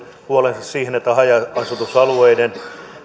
huolensa siitä että haja asutusalueiden